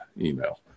email